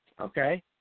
Okay